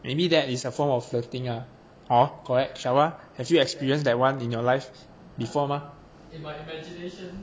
maybe that is a form of flirting uh hor correct have you experience that one in your life before mah